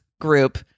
group